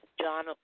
John